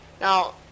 Now